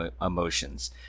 emotions